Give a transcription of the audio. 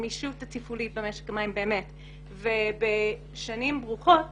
הגמישות התפעולית במשק המים ובשנים ברוכות